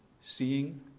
Seeing